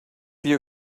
you